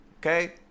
Okay